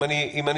אם אני צודק.